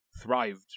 thrived